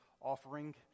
offering